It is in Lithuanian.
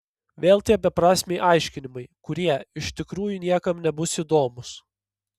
vėl tie beprasmiai aiškinimai kurie iš tikrųjų niekam nebus įdomūs